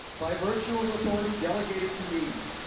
by virtue of authority delegated to me,